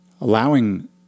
allowing